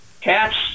cats